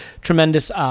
tremendous